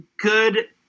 good